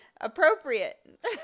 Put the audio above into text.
Appropriate